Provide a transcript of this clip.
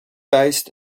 based